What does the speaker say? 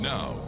Now